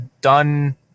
done